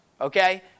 Okay